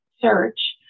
search